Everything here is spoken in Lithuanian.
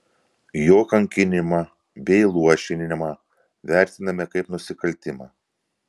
jo kankinimą bei luošinimą vertiname kaip nusikaltimą